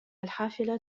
الحافلة